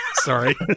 sorry